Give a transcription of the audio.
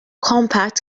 compact